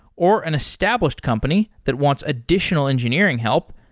or an established company that wants additional engineering help,